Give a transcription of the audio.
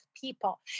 people